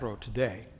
today